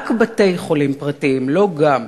רק בתי-חולים פרטיים, לא גם,